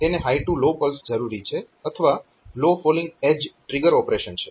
તેને high to low pulse જરૂરી છે આ low falling edge triggered operation છે